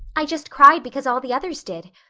i just cried because all the others did.